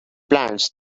plants